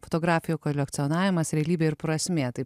fotografijų kolekcionavimas realybė ir prasmė tai